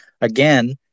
again